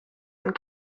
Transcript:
and